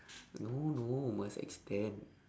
no no must extend